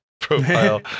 profile